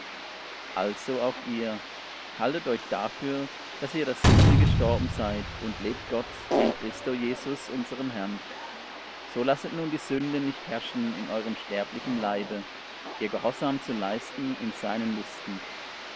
also auch ihr haltet euch dafür daß ihr der sünde gestorben seid und lebt gott in christo jesus unserm herrn so lasset nun die sünde nicht herrschen in eurem sterblichen leibe ihr gehorsam zu leisten in seinen lüsten